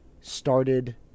started